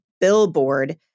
billboard